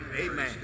Amen